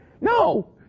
no